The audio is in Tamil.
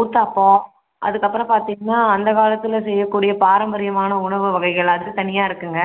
ஊத்தாப்பம் அதுக்கப்புறம் பார்த்தீங்கன்னா அந்தக்காலத்தில் செய்யக்கூடிய பாரம்பரியமான உணவு வகைகள் அது தனியாக இருக்குதுங்க